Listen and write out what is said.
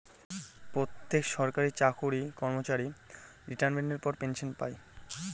প্রতি সরকারি চাকরি কর্মচারী রিটাইরমেন্টের পর পেনসন পায়